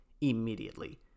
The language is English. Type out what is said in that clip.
immediately